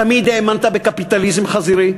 תמיד האמנת בקפיטליזם חזירי,